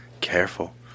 Careful